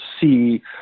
see